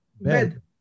bed